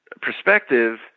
perspective